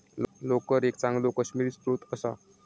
लोकर एक चांगलो काश्मिरी स्त्रोत असा